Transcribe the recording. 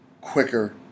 quicker